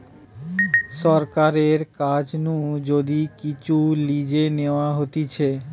সরকারের কাছ নু যদি কিচু লিজে নেওয়া হতিছে